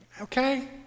Okay